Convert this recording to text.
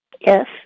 Yes